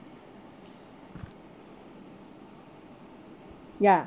ya